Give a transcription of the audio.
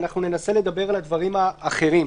אנחנו ננסה לדבר על הדברים האחרים.